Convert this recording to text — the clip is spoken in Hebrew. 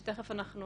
שתיכף אנחנו